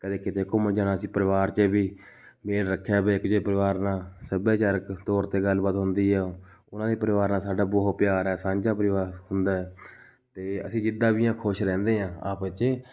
ਕਦੇ ਕਿਤੇ ਘੁੰਮਣ ਜਾਣਾ ਅਸੀਂ ਪਰਿਵਾਰ 'ਚ ਵੀ ਮੇਨ ਰੱਖਿਆ ਵੀ ਕਿ ਜੇ ਪਰਿਵਾਰ ਨਾਲ਼ ਸੱਭਿਆਚਾਰਕ ਤੌਰ 'ਤੇ ਗੱਲ ਬਾਤ ਹੁੰਦੀ ਆ ਉਹਨਾਂ ਦੀ ਪਰਿਵਾਰ ਨਾਲ਼ ਸਾਡਾ ਬਹੁਤ ਪਿਆਰ ਹੈ ਸਾਂਝਾ ਪਰਿਵਾਰ ਹੁੰਦਾ ਹੈ ਅਤੇ ਅਸੀਂ ਜਿੱਦਾਂ ਵੀ ਆ ਖੁਸ਼ ਰਹਿੰਦੇ ਹਾਂ ਆਪਸ 'ਚ